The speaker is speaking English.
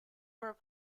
were